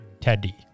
Teddy